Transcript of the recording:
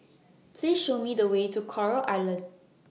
Please Show Me The Way to Coral Island